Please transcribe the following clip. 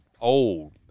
old